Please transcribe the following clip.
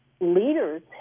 leaders